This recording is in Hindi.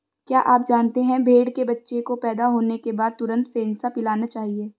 क्या आप जानते है भेड़ के बच्चे को पैदा होने के बाद तुरंत फेनसा पिलाना चाहिए?